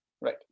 Right